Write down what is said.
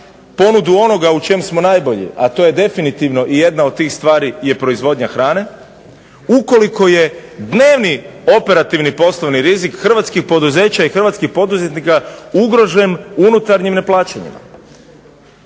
ponudu onoga u čemu smo najbolji, a to je definitivno i jedna od tih stvari je proizvodnja hrane, ukoliko je dnevni operativni poslovni rizik hrvatskih poduzeća i hrvatskih poduzetnika ugrožen unutarnjim neplaćanjima,